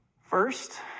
First